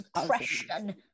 depression